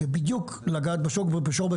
לפחות, נראה לי שזה בדיוק לגעת בשור בקרניו.